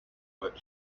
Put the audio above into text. but